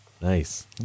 nice